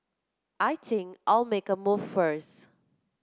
I think I'll make a move first